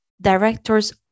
directors